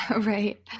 Right